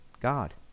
God